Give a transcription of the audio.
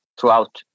throughout